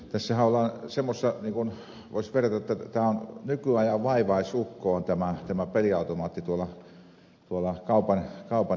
tässähän ollaan semmoisessa tilanteessa niin kuin voisi verrata että tämä peliautomaatti on nykyajan vaivaisukko tuolla kaupan eteisessä